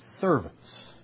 servants